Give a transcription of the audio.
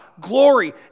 glory